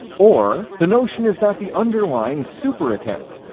or the notion is that the underlying super-attempt,